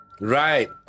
Right